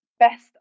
best